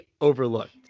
overlooked